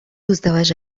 الزواج